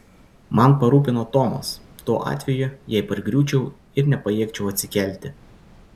man parūpino tomas tuo atveju jei pargriūčiau ir nepajėgčiau atsikelti